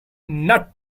not